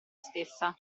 stessa